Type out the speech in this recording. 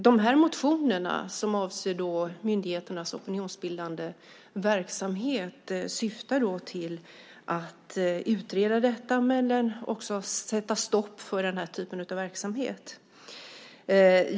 De motioner som avser myndigheters opinionsbildande verksamhet syftar till att utreda detta men också sätta stopp för den typen av verksamhet.